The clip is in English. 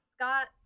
Scott